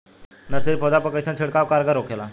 Nursery पौधा पर कइसन छिड़काव कारगर होखेला?